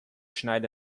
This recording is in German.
schneide